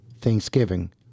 Thanksgiving